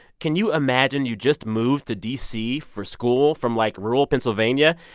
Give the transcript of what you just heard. can you imagine you just moved to d c. for school from, like, rural pennsylvania,